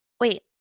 wait